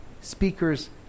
speakers